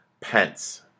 Pence